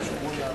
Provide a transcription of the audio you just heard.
נתקבלה.